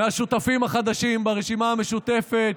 מהשותפים החדשים ברשימה המשותפת